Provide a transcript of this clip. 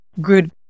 good